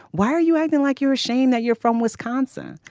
why are you acting like you were ashamed that you're from wisconsin.